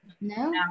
No